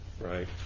right